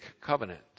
covenant